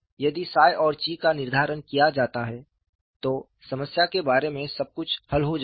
यदि 𝜳 और 𝛘 का निर्धारण किया जाता है तो समस्या के बारे में सब कुछ हल हो जाता है